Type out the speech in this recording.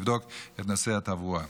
לבדוק את נושא התברואה.